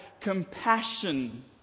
compassion